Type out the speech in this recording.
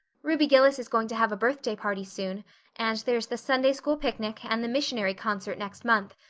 ruby gillis is going to have a birthday party soon and there's the sunday school picnic and the missionary concert next month.